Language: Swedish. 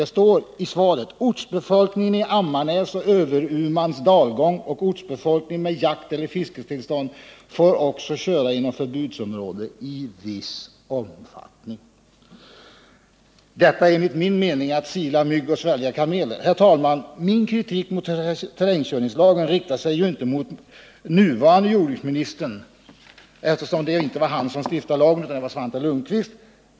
Det heter i svaret: ”Ortsbefolkningen i Ammarnäs och Överumans dalgång och ortsbefolkning med jakteller fisketillstånd får också köra inom förbudsområde i viss omfattning.” Detta är enligt min mening att sila mygg och svälja kameler. Herr talman! Min kritik beträffande terrängkörningslagen riktar sig inte mot den nuvarande jordbruksministern, eftersom det inte var han som stiftade lagen — det var Svante Lundkvist.